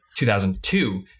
2002